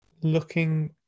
Looking